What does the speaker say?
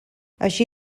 així